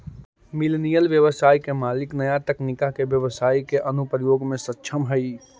millennial व्यवसाय के मालिक नया तकनीका के व्यवसाई के अनुप्रयोग में सक्षम हई